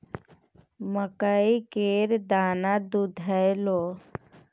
मकइ केर दाना दुधेलौ?